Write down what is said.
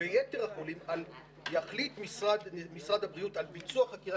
לגבי יתר החולים יחליט משרד הבריאות על ביצוע חקירה